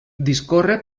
discorre